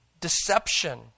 deception